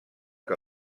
que